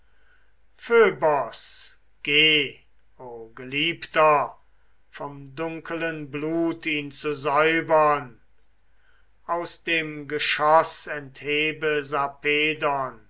o geliebter vom dunkelen blut ihn zu säubern aus dem geschoß